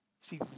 See